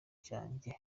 byanjye